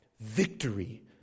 victory